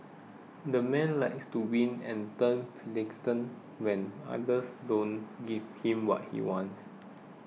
the man likes to win and turns when others don't give him what he wants